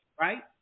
Right